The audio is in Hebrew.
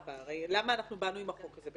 למה באנו עם החוק הזה,